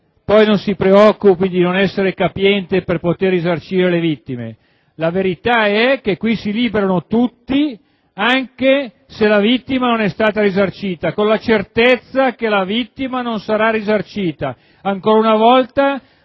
nullatenente o di non essere capiente per poter risarcire le vittime? La verità è che si liberano tutti, anche se la vittima non è stata risarcita, con la certezza che non sarà risarcita. Ancora una volta